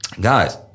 guys